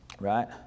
right